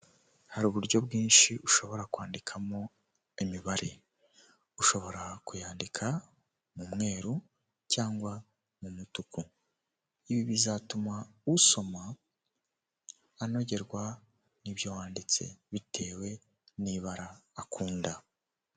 Hari uburyo bwinshi ushobora kwandikamo imibare, ushobora kuyandika mu mweru cyangwa mu mutuku, ibi bizatuma usoma anogerwa n'ibyo wanditse bitewe n'ibara akunda.